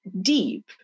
Deep